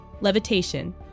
levitation